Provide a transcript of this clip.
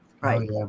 right